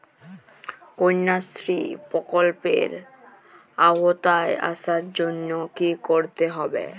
কন্যাশ্রী প্রকল্পের আওতায় আসার জন্য কী করতে হবে?